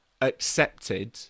accepted